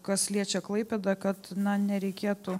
kas liečia klaipėdą kad nereikėtų